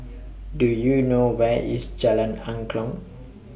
Do YOU know Where IS Jalan Angklong